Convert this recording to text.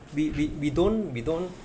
we we we don't we don't